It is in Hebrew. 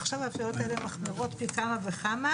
עכשיו השאלות האלה מחמירות פי כמה וכמה.